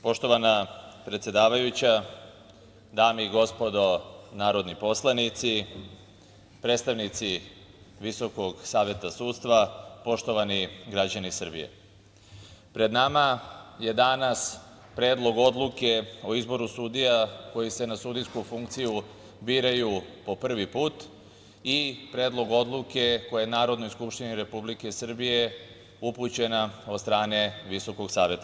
Poštovana predsedavajuća, dame i gospodo narodni poslanici, predstavnici VSS, poštovani građani Srbije, pred nama je danas Predlog odluke o izboru sudija koji se na sudijsku funkciju biraju po prvi put i Predlog odluke koju je Narodnoj skupštini Republike Srbije upućena od strane VSS.